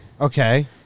Okay